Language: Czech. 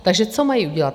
Takže co mají udělat?